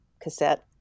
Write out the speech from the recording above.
cassette